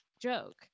joke